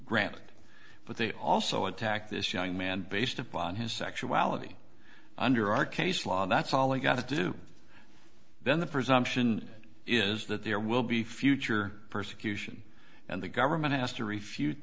granted but they also attacked this young man based upon his sexuality under our case law that's all we got to do then the presumption is that there will be future persecution and the government has to refute